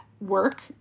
work